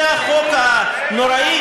זה החוק הנוראי?